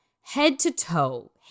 head-to-toe